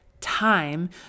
time